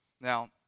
Now